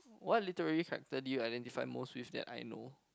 what literally character do you identify most with that I know